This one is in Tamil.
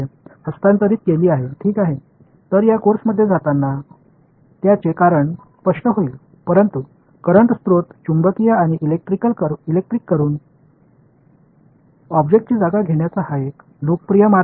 எனவே இந்த பாடத்திட்டத்தில் நாம் செல்லும்போது இதற்கான காரணம் தெளிவாகிவிடும் ஆனால் இது மின்சார மூலங்களால் காந்த மற்றும் மின்சார மூலங்களாக ஒரு பொருளை மாற்றுவதற்கான பிரபலமான வழியாகும்